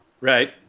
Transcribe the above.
Right